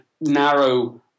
narrow